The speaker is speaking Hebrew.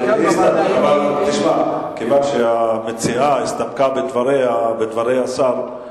אבל כאן בוועדה, כיוון שהמציעה הסתפקה בדברי השר,